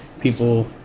people